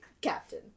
Captain